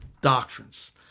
doctrines